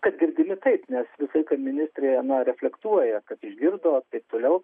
kad girdimi taip nes visą laiką ministrė na reflektuoja kad išgirdo taip toliau